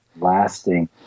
lasting